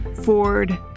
Ford